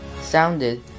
sounded